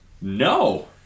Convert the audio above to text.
No